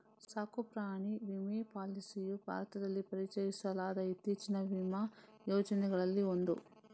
ಸಾಕು ಪ್ರಾಣಿ ವಿಮಾ ಪಾಲಿಸಿಯು ಭಾರತದಲ್ಲಿ ಪರಿಚಯಿಸಲಾದ ಇತ್ತೀಚಿನ ವಿಮಾ ಯೋಜನೆಗಳಲ್ಲಿ ಒಂದು